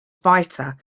fighter